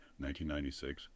1996